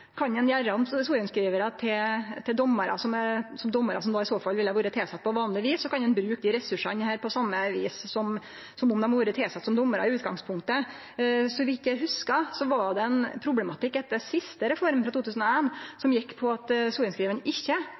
Kan ein gjere om sorenskrivarar til domarar, domarar som i så fall ville ha vore tilsett på vanleg vis? Og kan ein bruke desse ressursane på same vis som om dei hadde vore tilsette som domarar i utgangpunktet? Så vidt eg hugsar, var det ein problematikk etter siste reform, i 2001, som gjekk på at sorenskrivaren ikkje